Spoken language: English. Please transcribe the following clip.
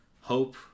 hope